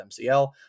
MCL